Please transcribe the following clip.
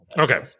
okay